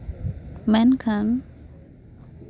ᱢᱮᱱ ᱠᱷᱟᱱ